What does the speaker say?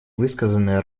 высказанные